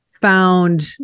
found